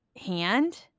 hand